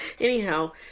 Anyhow